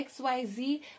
XYZ